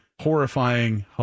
horrifying